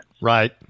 Right